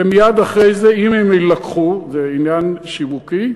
ומייד אחרי זה, אם הן יילקחו, זה עניין שיווקי,